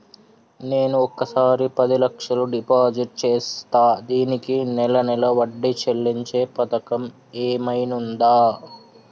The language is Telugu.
నేను ఒకేసారి పది లక్షలు డిపాజిట్ చేస్తా దీనికి నెల నెల వడ్డీ చెల్లించే పథకం ఏమైనుందా?